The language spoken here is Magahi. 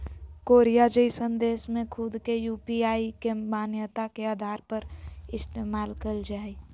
कोरिया जइसन देश में खुद के यू.पी.आई के मान्यता के आधार पर इस्तेमाल कईल जा हइ